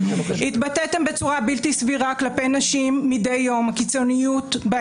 התבטאתם בצורה בלתי סבירה כלפי נשים מדי יום - הקיצונית של